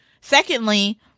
Secondly